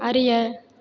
அறிய